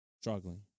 struggling